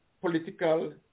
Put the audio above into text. political